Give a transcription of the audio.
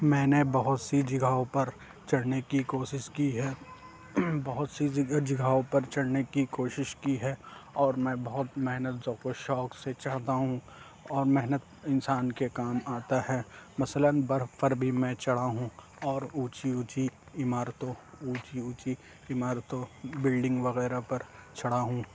میں نے بہت سی جگہوں پر چڑھنے کو کوشش کی ہے بہت سی جگہ جگہوں پر چڑھنے کی کوشش کی ہے اور میں بہت محنت ذوق و شوق سے چاہتا ہوں اور محنت انسان کے کام آتا ہے مثلاً برف پر بھی میں چڑھا ہوں اور اونچی اونچی عمارتوں اونچی اونچی عمارتوں بلڈنگ وغیرہ پر چڑھا ہوں